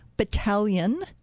battalion